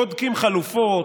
בודקים חלופות,